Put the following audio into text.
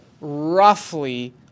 roughly